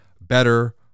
better